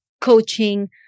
coaching